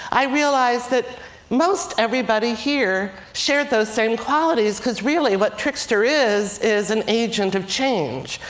i realized that most everybody here shared those same qualities because really what trickster is is an agent of change.